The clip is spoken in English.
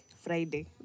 Friday